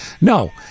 No